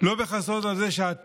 לא מכסות על זה שאתה,